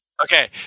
Okay